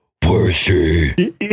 Percy